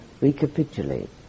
recapitulate